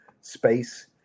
space